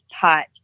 pot